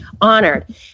honored